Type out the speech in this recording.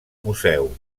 museu